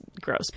gross